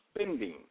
spending